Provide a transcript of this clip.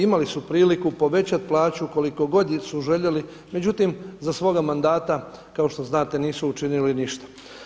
Imali su priliku povećati plaću koliko god su željeli, međutim za svoga mandata kao što znate nisu učinili ništa.